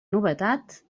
novetat